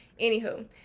anywho